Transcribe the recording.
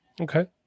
okay